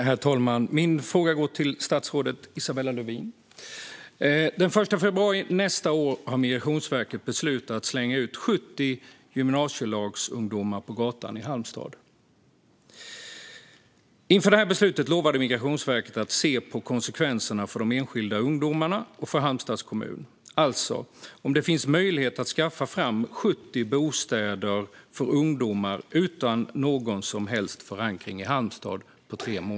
Herr talman! Min fråga går till statsrådet Isabella Lövin. Den 1 februari nästa år har Migrationsverket beslutat att slänga ut 70 gymnasielagsungdomar på gatan i Halmstad. Inför det beslutet lovade Migrationsverket att se på konsekvenserna för de enskilda ungdomarna och för Halmstads kommun. Frågan är alltså om det finns möjlighet att på tre månader skaffa fram 70 bostäder för ungdomar utan någon som helst förankring i Halmstad.